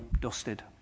dusted